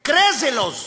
crazy laws,